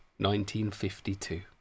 1952